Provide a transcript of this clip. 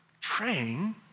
praying